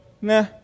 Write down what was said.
nah